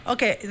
Okay